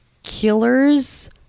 killers